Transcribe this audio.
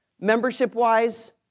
Membership-wise